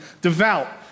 devout